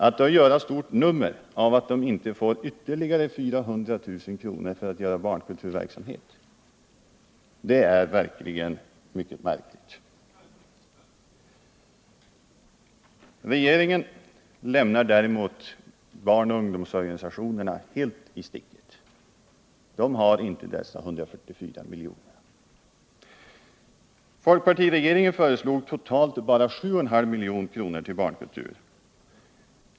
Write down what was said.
Att då göra ett stort nummer av att de inte får ytterligare 400 000 kr. för barnkulturverksamhet är verkligen mycket märkligt. Regeringen lämnar däremot barnoch ungdomsorganisationerna helt i sticket. De har inte dessa 144 miljoner. Folkpartiregeringen föreslog totalt bara 7,5 milj.kr. till barnkultur.